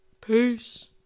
Peace